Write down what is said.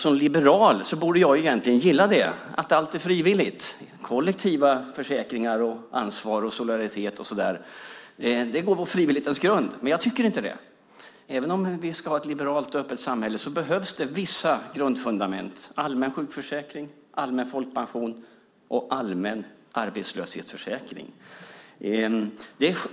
Som liberal borde jag egentligen gilla att allt är frivilligt, att kollektiva försäkringar, ansvar och solidaritet står på frivillighetens grund, men jag gör inte det. Även om vi ska ha ett liberalt och öppet samhälle behövs det vissa grundfundament, allmän sjukförsäkring, allmän folkpension och allmän arbetslöshetsförsäkring.